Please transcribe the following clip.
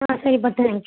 ஆ சரிப்பா thank you